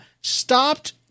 stopped